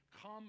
come